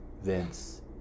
Vince